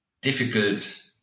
difficult